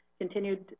continued